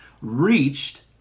reached